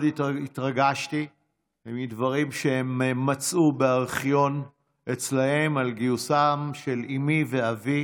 מאוד התרגשתי מדברים שהם מצאו בארכיון אצלם על גיוסם של אימי ואבי